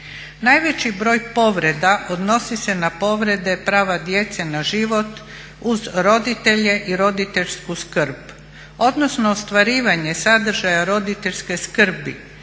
Najveći broj povreda odnosi se na povrede prava djece na život uz roditelje i roditeljsku skrb, odnosno ostvarivanje sadržaja roditeljske skrbi